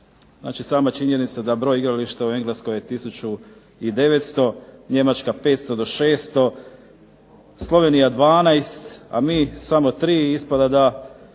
Znači, sama činjenica da broj igrališta u Engleskoj je 1900, Njemačka 500 do 600, Slovenija 12, a mi samo 3, ispada da